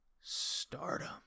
stardom